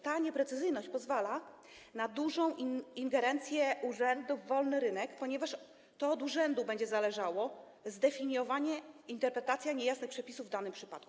Ta nieprecyzyjność pozwala na dużą ingerencję urzędu w wolny rynek, ponieważ to od urzędu będzie zależało zdefiniowanie, interpretacja niejasnych przepisów w danym przypadku.